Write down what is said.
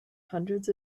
hundreds